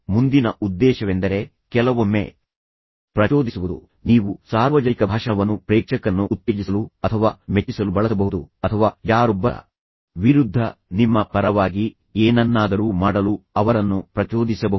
ಮುಂದಿನ ಉದ್ದೇಶವೆಂದರೆ ಕೆಲವೊಮ್ಮೆ ಪ್ರಚೋದಿಸುವುದು ನೀವು ಸಾರ್ವಜನಿಕ ಭಾಷಣವನ್ನು ಪ್ರೇಕ್ಷಕರನ್ನು ಉತ್ತೇಜಿಸಲು ಅಥವಾ ಮೆಚ್ಚಿಸಲು ಬಳಸಬಹುದು ಅಥವಾ ಯಾರೊಬ್ಬರ ವಿರುದ್ಧ ನಿಮ್ಮ ಪರವಾಗಿ ಏನನ್ನಾದರೂ ಮಾಡಲು ಅವರನ್ನು ಪ್ರಚೋದಿಸಬಹುದು